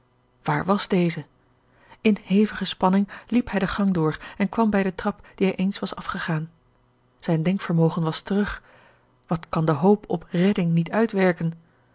waar was deze in hevige spanning liep hij den gang door en kwam bij den trap dien hij eens was afgegaan zijn denkvermogen was terug wat kan de hoop op redding niet uitwerken